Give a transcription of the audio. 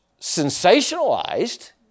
sensationalized